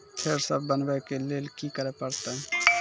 फेर सॅ बनबै के लेल की करे परतै?